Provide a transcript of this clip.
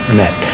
met